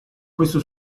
questo